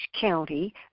county